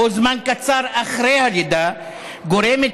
לאחר מכן נשמע הצעה מוצמדת